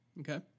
Okay